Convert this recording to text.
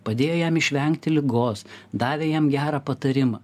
padėjo jam išvengti ligos davė jam gerą patarimą